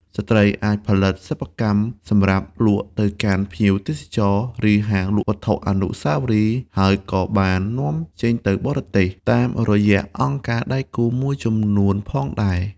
ស្ត្រីអាចផលិតសិប្បកម្មសម្រាប់លក់ទៅកាន់ភ្ញៀវទេសចរណ៍ ឬហាងលក់វត្ថុអនុស្សាវរីយ៍ ហើយក៏បាន នាំចេញទៅបរទេស តាមរយៈអង្គការដៃគូមួយចំនួនផងដែរ។